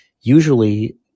Usually